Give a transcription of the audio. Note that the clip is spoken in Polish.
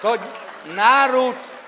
To naród.